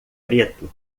preto